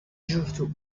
giusto